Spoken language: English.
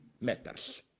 matters